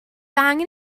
angen